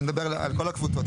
אני מדבר על כל הקבוצות,